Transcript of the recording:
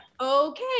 okay